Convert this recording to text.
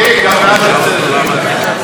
נא להצביע.